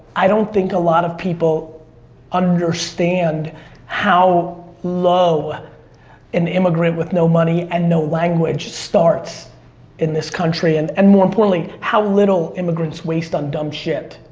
i don't think a lot of people understand how low an immigrant with no money and no language starts in this country. and and more importantly, how little immigrants waste on dumb shit.